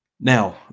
now